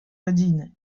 rodziny